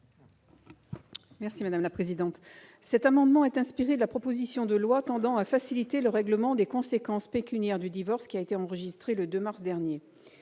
Merci madame la présidente, cet amendement est inspirée de la proposition de loi tendant à faciliter le règlement des conséquences pécuniaires du divorce qui a été enregistrée le 2 mars dernier